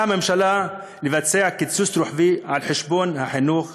הממשלה לבצע קיצוץ רוחבי על חשבון החינוך,